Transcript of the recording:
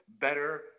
Better